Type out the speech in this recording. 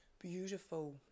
beautiful